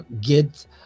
get